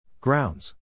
Grounds